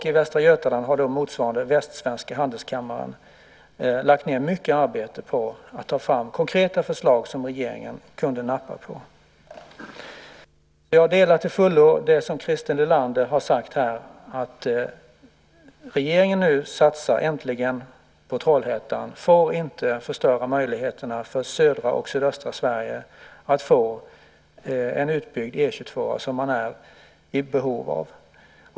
I Västra Götaland har motsvarigheten, Västsvenska handelskammaren, lagt ned mycket arbete på att ta fram konkreta förslag som regeringen skulle kunna nappa på. Jag delar till fullo synen i det som Christer Nylander har sagt här om att det faktum att regeringen nu äntligen satsar på Trollhättan inte får förstöra möjligheterna för södra och sydöstra Sverige att få en utbyggd E 22. Det är man i behov av.